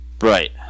Right